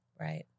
Right